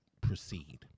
proceed